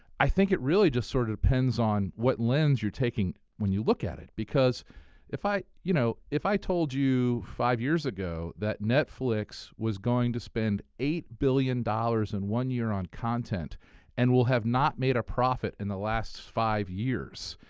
i think it really just sort of depends on what lens you're taking when you look at it. because if i you know, if i told you five years ago that netflix was going to spend eight billion dollars dollars in one year on content and will have not made a profit in the last five years,